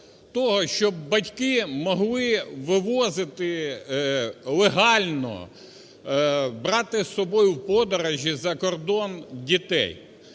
щоб батьки могли вивозити легально, брати з собою у подорожі за кордон дітей.